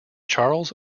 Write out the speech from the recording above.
charles